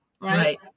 right